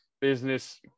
business